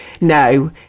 no